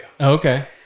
Okay